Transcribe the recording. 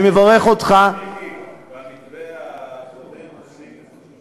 אני מברך אותך, מיקי, במתווה הקודם עושים את זה.